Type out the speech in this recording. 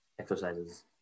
exercises